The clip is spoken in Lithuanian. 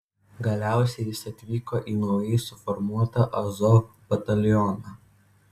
galiausiai jis atvyko į naujai suformuotą azov batalioną